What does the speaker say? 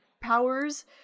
powers